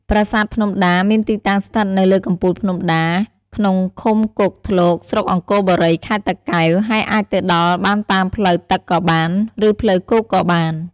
ប្រាសាទភ្នំដា មានទីតាំងស្ថិតនៅលើកំពូលភ្នំដា ក្នុងឃុំគោកធ្លក ស្រុកអង្គរបុរី ខេត្តតាកែវ ហើយអាចទៅដល់បានតាមផ្លូវទឹកក៏បាន ឬផ្លូវគោកក៏បាន។